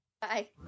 Bye